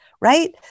right